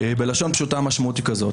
בלשון פשוטה המשמעות היא כזאת,